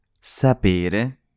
sapere